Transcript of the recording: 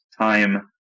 time